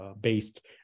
based